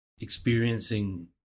experiencing